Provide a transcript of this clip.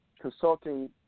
consulting